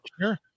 Sure